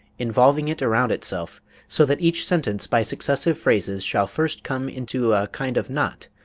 involving it around itself so that each sentence, by successive phrases, shall first come into a kind of knot,